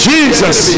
Jesus